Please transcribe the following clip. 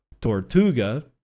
tortuga